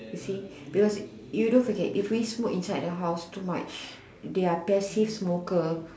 you see because you don't forget if we smoke inside the house too much they are passive smoker